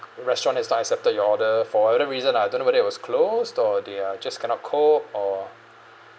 restaurant is not accepted you order for whatever reason I don't know whether it was closed or they are just cannot cope or